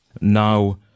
Now